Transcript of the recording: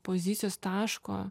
pozicijos taško